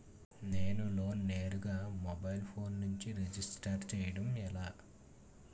నేను లోన్ నేరుగా mobile phone నుంచి రిజిస్టర్ చేయండి ఎలా?